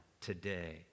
today